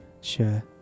sure